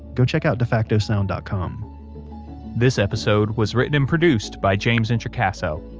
go check out defactosound dot com this episode was written and produced by james introcaso,